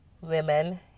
women